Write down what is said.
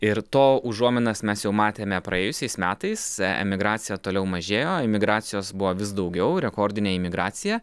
ir to užuominas mes jau matėme praėjusiais metais emigracija toliau mažėjo emigracijos buvo vis daugiau rekordinė imigracija